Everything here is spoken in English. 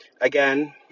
Again